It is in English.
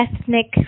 ethnic